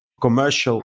commercial